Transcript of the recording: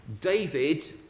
David